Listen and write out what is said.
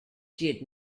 did